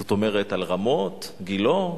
זאת אומרת על רמות, גילה,